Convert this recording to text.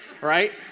right